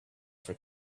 for